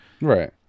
Right